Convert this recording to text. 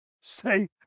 say